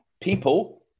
people